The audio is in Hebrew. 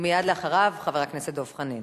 ומייד אחריו, חבר הכנסת דב חנין.